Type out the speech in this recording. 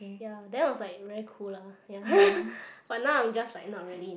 ya then I was like very cool lah ya but now I am just like not really